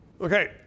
okay